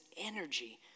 energy